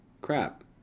crap